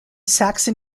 saxon